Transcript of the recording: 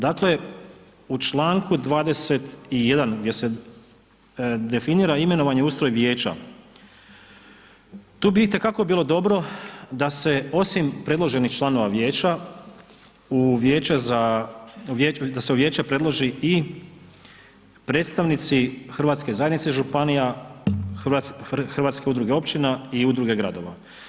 Dakle u čl. 21. gdje se definira imenovanje i ustroj vijeća, tu bi itekako bilo dobro da se osim predloženih članova vijeće da se u vijeće predloži i predstavnici Hrvatske zajednice županija, Hrvatske udruge općina i Udruge gradova.